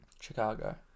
Chicago